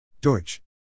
Deutsch